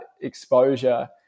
exposure